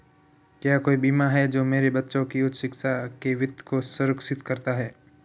क्या कोई बीमा है जो मेरे बच्चों की उच्च शिक्षा के वित्त को सुरक्षित करता है?